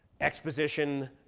Exposition